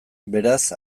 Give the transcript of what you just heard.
beraz